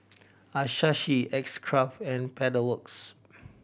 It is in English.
Asahi X Craft and Pedal Works